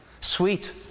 Sweet